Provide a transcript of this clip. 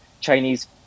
Chinese